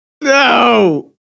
No